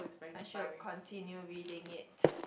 I should continue reading it